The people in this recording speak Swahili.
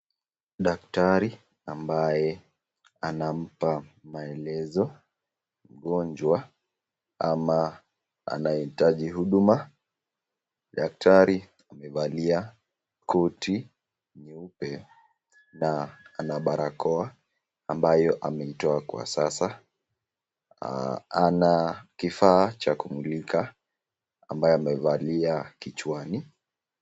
Daktari ambaye anampa maelezo mgonjwa ama anayehitaji huduma. Daktari amevalia koti nyeupe na ana barakoa ambayo ameitoa kwa sasa. Ana kifaa cha kumulika ambayo amevalia kichwani.